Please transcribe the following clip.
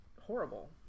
horrible